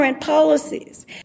policies